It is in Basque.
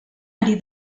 ari